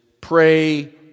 pray